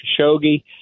Khashoggi